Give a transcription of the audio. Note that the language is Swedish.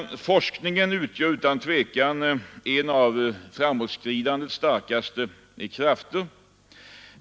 Forskningen utgör utan tvivel en av framåtskridandets starkaste krafter.